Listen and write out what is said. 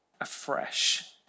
afresh